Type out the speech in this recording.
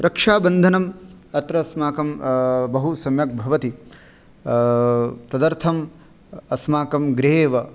रक्षाबन्धनम् अत्र अस्माकं बहुसम्यक् भवति तदर्थम् अस्माकं गृहे एव